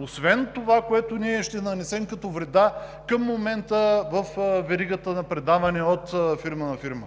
освен това, което ние ще нанесем като вреда към момента във веригата на предаване от фирма на фирма.